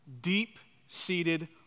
deep-seated